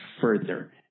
further